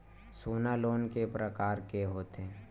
सोना लोन के प्रकार के होथे?